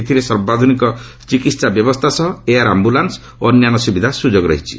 ଏଥିରେ ସର୍ବାଧୁନିକ ଚିକିତ୍ସା ବ୍ୟବସ୍ଥା ସହ ଏୟାର୍ ଆମ୍ଭୁଲାନ୍ୱ ଓ ଅନ୍ୟାନ୍ୟ ସୁବିଧା ସୁଯୋଗ ରହିଛି